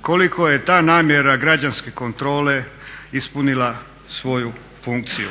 koliko je ta namjera građanske kontrole ispunila svoju funkciju.